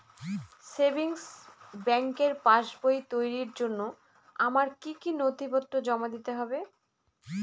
Savings ব্যাংকের পাসবই তৈরির জন্য আমার কি কি নথিপত্র জমা দিতে হবে?